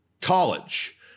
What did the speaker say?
college